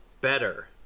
better